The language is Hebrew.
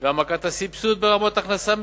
והעמקת הסבסוד ברמות הכנסה מסוימות.